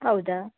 ಹೌದಾ